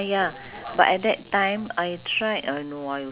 ah aiman outside correct